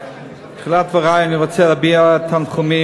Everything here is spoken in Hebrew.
בתחילת דברי אני רוצה להביע תנחומים,